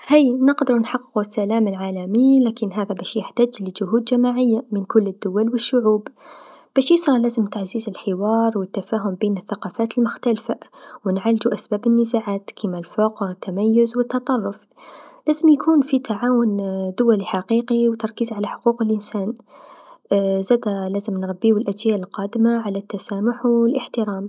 هاي نقدرو نحقو السلام العالمي لكن هذا باش يحتاج لجهود جماعيه من كل الدول و الشعوب، باش يصرا لازم تعزيز الحوار و التفاهم بين الثقافات المختلفه و لعندو أسباب النزاعات كيما التميز و التطرف، لازم يكون في تعاون دولي حقيقي و تركيز على حقوق الإنسان زادا لازم نربيو الأجيال القادمه على التسامح و الإحترام.